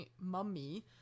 mummy